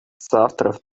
соавторов